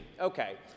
Okay